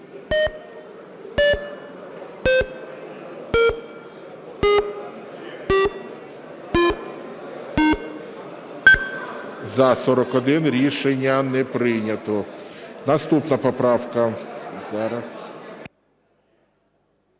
За-41 Рішення не прийнято. Наступна поправка